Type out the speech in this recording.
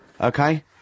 Okay